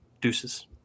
deuces